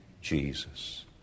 Jesus